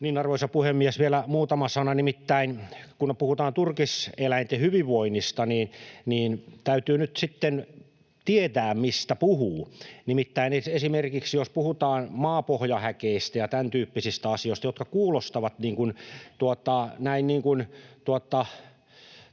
Arvoisa puhemies! Vielä muutama sana. Nimittäin kun puhutaan turkiseläinten hyvinvoinnista, niin täytyy nyt sitten tietää, mistä puhuu, jos esimerkiksi puhutaan maapohjahäkeistä ja tämän tyyppisistä asioista, jotka kuulostavat näin